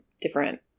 different